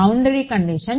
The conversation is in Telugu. boundary condition